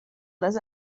las